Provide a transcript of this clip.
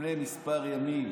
מלפני כמה ימים.